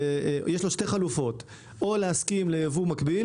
ייבוא מקביל